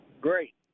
Great